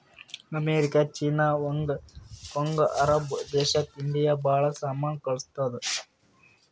America, China, Hong Kong, ಅರಬ್ ದೇಶಕ್ India ಭಾಳ ಸಾಮಾನ್ ಕಳ್ಸುತ್ತುದ್